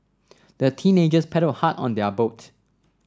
the teenagers paddled hard on their boat